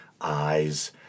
eyes